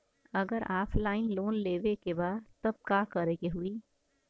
अगर offline loan लेवे के बा त का करे के होयी?